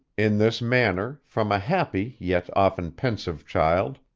in this manner, from a happy yet often pensive child,